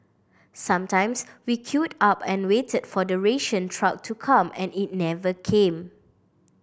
sometimes we queued up and waited for the ration truck to come and it never came